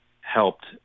helped